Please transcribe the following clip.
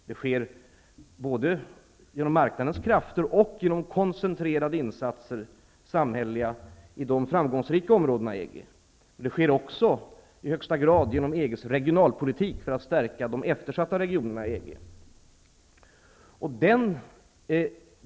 Det sker både genom marknadens krafter och genom koncentrade samhälleliga insatser på de framgångsrika områdena i EG. Det sker också i högsta grad genom EG:s regionalpolitik för att stärka de eftersatta regionerna i EG.